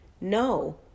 No